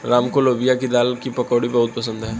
राम को लोबिया की दाल की पकौड़ी बहुत पसंद हैं